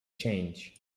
change